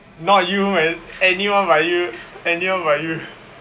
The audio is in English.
not you man anyone but you anyone but you